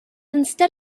instead